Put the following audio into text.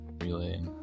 relay